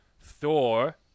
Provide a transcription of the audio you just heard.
Thor